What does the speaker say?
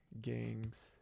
gangs